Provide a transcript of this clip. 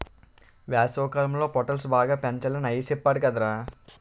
వేసవికాలంలో పొటల్స్ బాగా పెంచాలని అయ్య సెప్పేడు కదరా